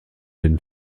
den